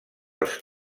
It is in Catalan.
els